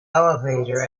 elevator